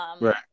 Right